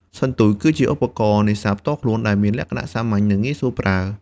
សន្ទូច គឺជាឧបករណ៍នេសាទផ្ទាល់ខ្លួន ដែលមានលក្ខណៈសាមញ្ញ និងងាយស្រួលប្រើ។